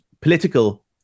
political